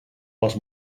les